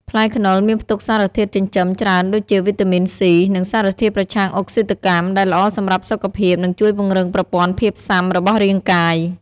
ផ្លែខ្នុរមានផ្ទុកសារធាតុចិញ្ចឹមច្រើនដូចជា វីតាមីន C និងសារធាតុប្រឆាំងអុកស៊ីតកម្ម ដែលល្អសម្រាប់សុខភាព និងជួយពង្រឹងប្រព័ន្ធភាពស៊ាំរបស់រាងកាយ។